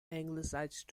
anglicised